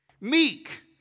meek